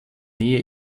nähe